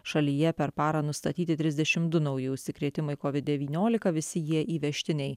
šalyje per parą nustatyti trisdešim du nauji užsikrėtimai covid devyniolika visi jie įvežtiniai